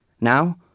Now